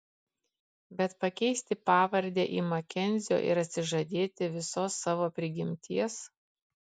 bet pakeisti pavardę į makenzio ir atsižadėti visos savo prigimties